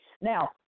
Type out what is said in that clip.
Now